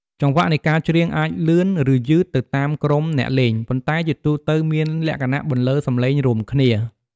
ចង្វាក់នៃការច្រៀងអាចលឿន ឬយឺតទៅតាមក្រុមអ្នកលេង ប៉ុន្តែជាទូទៅមានលក្ខណៈបន្លឺសំឡេងរួមគ្នា។